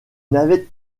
navettes